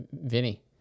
vinny